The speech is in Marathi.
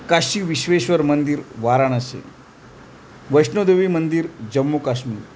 काशी विश्वेश्वर मंदिर वाराणासी वैष्णोदेवी मंदिर जम्मू काश्मीर